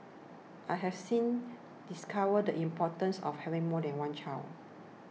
I have since discovered importance of having more than one child